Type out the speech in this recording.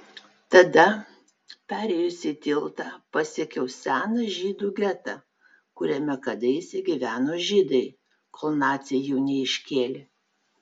tada perėjusi tiltą pasiekiau seną žydų getą kuriame kadaise gyveno žydai kol naciai jų neiškėlė